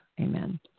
Amen